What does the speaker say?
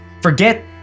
Forget